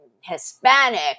Hispanic